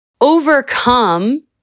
overcome